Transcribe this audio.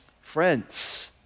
friends